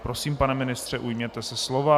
Prosím, pane ministře, ujměte se slova.